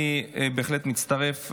אני בהחלט מצטרף.